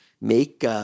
make